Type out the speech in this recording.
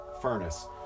furnace